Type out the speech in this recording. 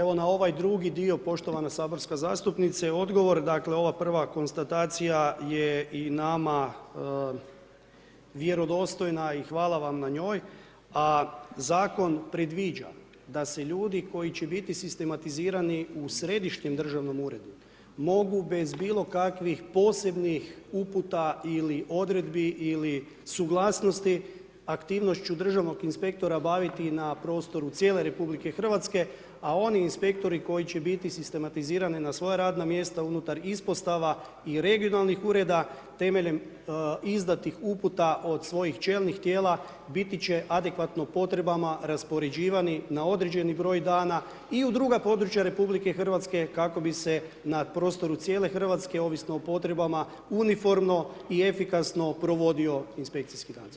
Evo na ovaj drugi dio poštovana saborska zastupnice, odgovor, dakle ova prva konstatacija je i nama vjerodostojna i hvala vam na njoj a zakon predviđa da se ljudi koji će biti sistematizirani u središnjem državnom uredu, mogu bez bilokakvih posebnih uputa ili odredbi ili suglasnosti, aktivnošću državnog inspektora baviti na prostoru cijele RH a oni inspektori koji će biti sistematizirani na svoja radna mjesta unutar ispostava i regionalnih ureda, temeljem izdatih uputa od svojih čelnih tijela, biti će adekvatno potrebama, raspoređivani na određeni broj dana i u druga područja RH kako bi se na prostoru cijele Hrvatske, ovisno o potrebama uniforno i efikasno provodio inspekcijski nadzor.